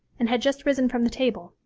and had just risen from the table,